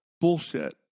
bullshit